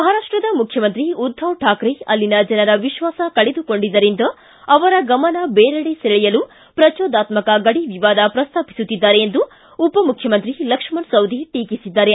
ಮಹಾರಾಷ್ಟದ ಮುಖ್ಯಮಂತ್ರಿ ಉದ್ದವ ತಾಕ್ರೆ ಅಲ್ಲಿನ ಜನರ ವಿಶ್ವಾಸ ಕಳೆದುಕೊಂಡಿದ್ದರಿಂದ ಅವರ ಗಮನ ಬೇರೆಡೆ ಸೆಳೆಯಲು ಪ್ರಜೋದಾತ್ಮಕ ಗಡಿ ವಿವಾದ ಪ್ರಸ್ತಾಪಿಸುತ್ತಿದ್ದಾರೆ ಎಂದು ಉಪಮುಖ್ಯಮಂತ್ರಿ ಲಕ್ಷ್ಮಣ ಸವದಿ ಟೀಕಿಸಿದ್ದಾರೆ